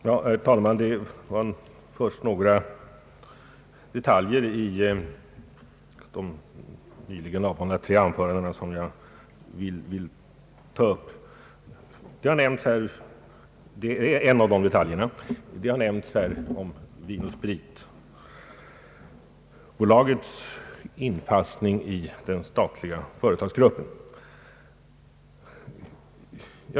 Herr talman! Jag vill först ta upp några detaljer i de tre nyss hållna anförandena. Nya systembolagets inpassning i den statliga företagsgruppen har nämnts här.